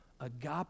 agape